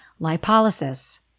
lipolysis